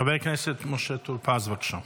חבר הכנסת משה טור פז, בבקשה.